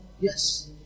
Yes